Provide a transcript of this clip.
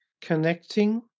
connecting